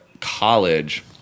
college